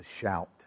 shout